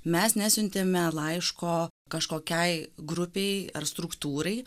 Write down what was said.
mes nesiuntėme laiško kažkokiai grupei ar struktūrai